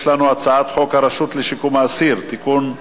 לםנינו הצעת חוק הרשות לשיקום האסיר (תיקון),